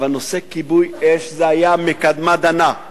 אבל נושא כיבוי-אש היה מקדמת דנא.